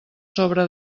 sobre